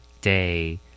day